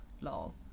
lol